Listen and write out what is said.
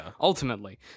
ultimately